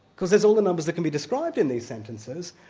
because there's all the numbers that can be described in these sentences,